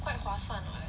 quite 划算 [what]